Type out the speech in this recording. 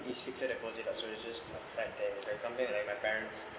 is fixture deposit lah so it's just like like something like my parents